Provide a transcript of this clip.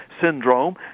syndrome